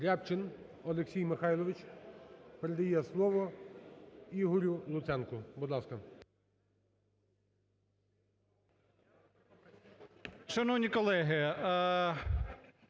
Рябчин Олексій Михайлович передає слово Ігорю Луценку, будь ласка.